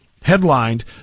Headlined